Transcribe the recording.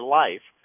life